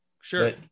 Sure